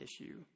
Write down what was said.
issue